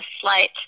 slight